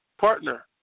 partner